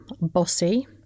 bossy